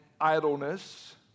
idleness